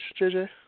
JJ